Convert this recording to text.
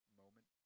moment